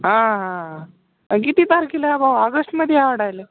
हां हां किती तारखेला भाऊ ऑगस्ट मध्ये वाटायल